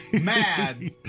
mad